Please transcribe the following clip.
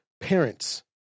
parents